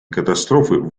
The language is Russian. катастрофы